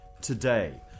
today